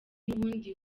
n’ubundi